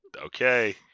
okay